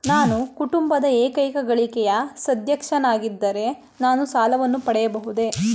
ನಾನು ಕುಟುಂಬದ ಏಕೈಕ ಗಳಿಕೆಯ ಸದಸ್ಯನಾಗಿದ್ದರೆ ನಾನು ಸಾಲವನ್ನು ಪಡೆಯಬಹುದೇ?